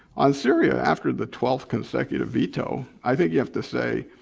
on syria, after the twelfth consecutive veto, i think you have to say,